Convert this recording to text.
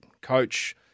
coach